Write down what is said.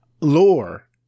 lore